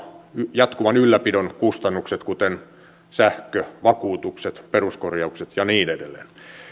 jatkuvan ylläpidon kustannukset kuten sähkö vakuutukset peruskorjaukset ja niin edelleen